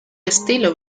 estilo